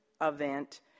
event